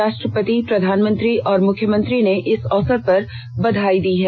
राष्ट्रपति प्रधानमंत्री और मुख्यमंत्री ने इस अवसर पर बधाई दी है